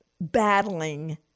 battling